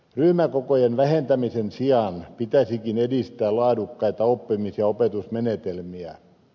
ryhmäkokojen vähentämisen sijaan pitäisikin edistää laadukkaita oppimis ja opetusmenetelmiä